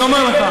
אני אומר לך.